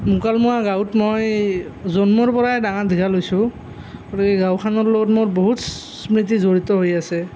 মোকালমোৱা গাঁৱত মই জন্মৰ পৰাই ডাঙৰ দীঘল হৈছোঁ গতিকে গাঁওখনৰ লগত মোৰ বহুত স্মৃতি জড়িত হৈ আছে